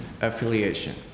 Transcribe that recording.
affiliation